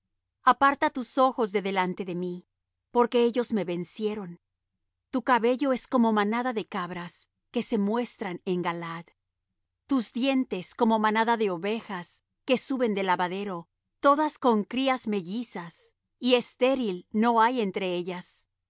aparta tus ojos de delante de mí porque ellos me vencieron tu cabello es como manada de cabras que se muestran en galaad tus dientes como manada de ovejas que suben del lavadero todas con crías mellizas y estéril no hay entre ellas